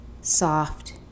soft